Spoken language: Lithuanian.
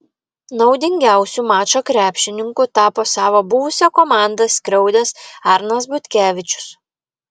naudingiausiu mačo krepšininku tapo savo buvusią komandą skriaudęs arnas butkevičius